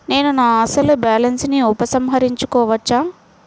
నేను నా అసలు బాలన్స్ ని ఉపసంహరించుకోవచ్చా?